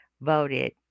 voted